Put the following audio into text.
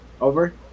Over